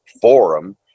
Forum